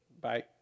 Bye